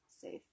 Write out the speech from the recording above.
safe